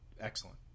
Excellent